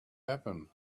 happen